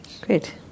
Great